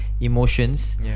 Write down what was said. emotions